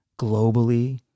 globally